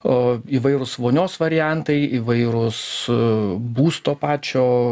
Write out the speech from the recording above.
o įvairūs vonios variantai įvairūs būsto pačio